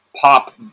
pop